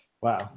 Wow